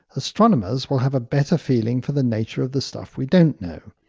astronomers will have a better feeling for the nature of the stuff we don't know.